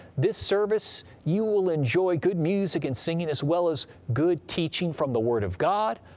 this service, you will enjoy good music and singing as well as good teaching from the word of god,